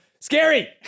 scary